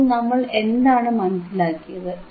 അപ്പോൾ നമ്മൾ എന്താണ് മനസിലാക്കിയത്